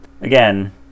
again